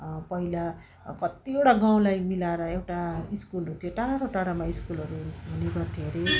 पहिला कत्तिवटा गाउँलाई मिलाएर एउटा स्कुल हुन्थ्यो टाढोटाढोमा स्कुलहरू हु हुने गर्थ्यो अरे